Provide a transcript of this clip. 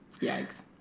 Yikes